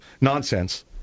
nonsense